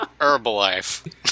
Herbalife